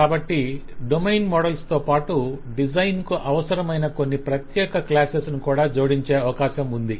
కాబట్టి domain models తోపాటు డిజైన్కు అవసరమైన కొన్ని ప్రత్యేక క్లాసెస్ ను కూడా జోడించే అవకాశం ఉంది